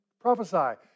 prophesy